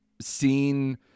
seen